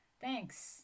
Thanks